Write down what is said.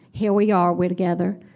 here we are. we're together.